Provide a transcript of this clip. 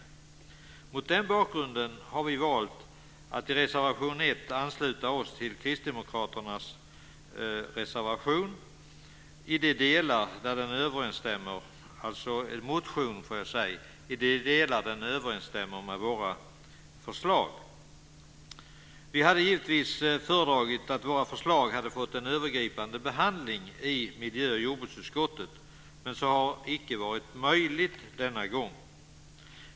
Mot den bakgrunden har vi valt att i reservation 1 ansluta oss till Kristdemokraternas motion i de delar där den överensstämmer med våra förslag. Vi hade givetvis föredragit att våra förslag hade fått en övergripande behandling i miljö och jordbruksutskottet, men så har denna gång icke varit möjligt.